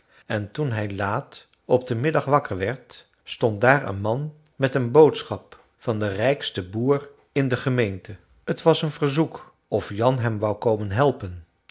en toen hij laat op den middag wakker werd stond daar een man met een boodschap van den rijksten boer in de gemeente t was een verzoek of jan hem wou komen helpen